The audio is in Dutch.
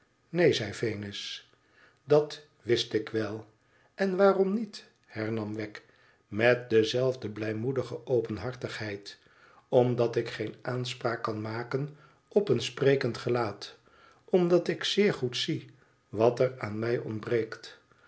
neen zei venus dat wist ik wel en waarom niet hernam wegg met dezelfde blijmoedige openhartigheid i omdat ik geen aanspraak kan maken op een sprekend gelaat omdat ik zeer goed zie wat er aan mij ontbreekt